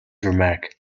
remark